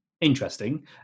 interesting